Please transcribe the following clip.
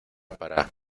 para